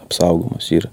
apsaugomas yra